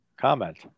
comment